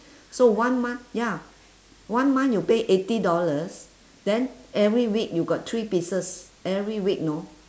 so one month ya one month you pay eighty dollars then every week you got three pieces every week know